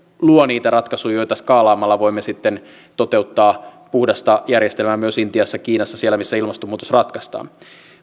luo niitä ratkaisuja joita skaalaamalla voimme sitten toteuttaa puhdasta järjestelmää myös intiassa kiinassa siellä missä ilmastonmuutos ratkaistaan